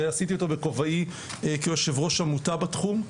ועשיתי אותו בכובעי כיושב ראש עמותה בתחום,